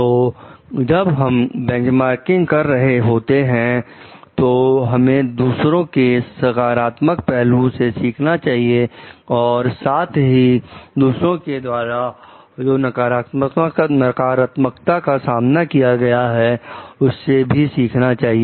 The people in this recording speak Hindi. तो जब आप बेंचमार्किंग रहे होते हैं तो हमें दूसरों के सकारात्मक पहलुओं से सीखना चाहिए और साथ ही दूसरों के द्वारा जो नकारात्मकता का सामना किया गया है उससे भी सीखना चाहिए